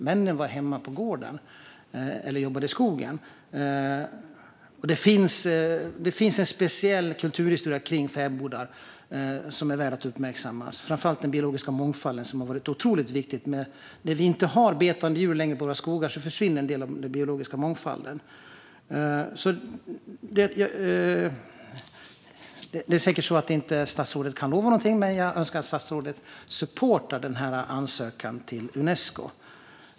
Männen var hemma på gården eller jobbade i skogen. Det finns en speciell kulturhistoria kring fäbodar som är värd att uppmärksammas. Framför allt har den biologiska mångfalden varit otroligt viktig. När vi inte längre har betande djur i våra skogar försvinner en del av den biologiska mångfalden. Det är säkert så att statsrådet inte kan lova någonting, men jag önskar att statsrådet supportar ansökan till Unesco.